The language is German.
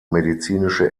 medizinische